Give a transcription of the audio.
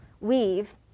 weave